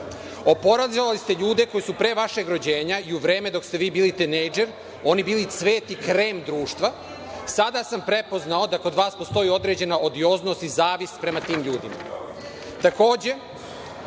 Oporezovali ste ljude koji su pre vašeg rođenja i u vreme dok ste vi bili tinejdžer, oni bili cvet i krem društva. Sada sam prepoznao da kod vas postoji određena odioznost i zavist prema tim ljudima. Kako